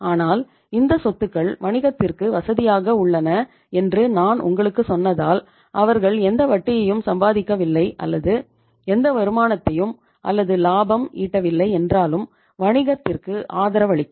ஆனால் இந்த சொத்துகள் வணிகத்திற்கு வசதியாக உள்ளன என்று நான் உங்களுக்குச் சொன்னதால் அவர்கள் எந்த வட்டியையும் சம்பாதிக்கவில்லை அல்லது எந்த வருமானத்தையும் அல்லது லாபம் ஈட்டவில்லை என்றாலும் வணிகத்திற்கு ஆதரவளிக்கும்